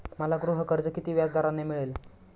मला गृहकर्ज किती व्याजदराने मिळेल?